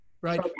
Right